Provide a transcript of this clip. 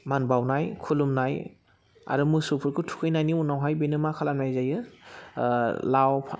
मान बाउनाय खुलुमनाय आरो मोसौफोरखौ थुखैनायनि उनावहाय बेनो मा खालामनाय जायो लाव